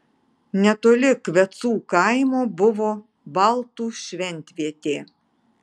netoli kvecų kaimo buvo baltų šventvietė